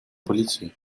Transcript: politie